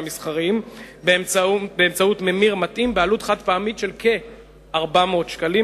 והמסחריים באמצעות ממיר מתאים בעלות חד-פעמית של כ-400 שקלים,